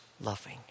loving